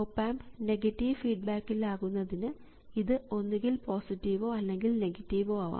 op amp negative ഫീഡ്ബാക്കിൽ ആകുന്നതിന് ഇത് ഒന്നുകിൽ പോസിറ്റീവോ അല്ലെങ്കിൽ നെഗറ്റീവോ ആകാം